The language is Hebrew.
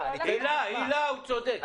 הילה, הוא צודק.